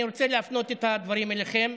אני רוצה להפנות את הדברים אליכם,